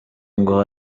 ngo